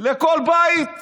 לכל בית?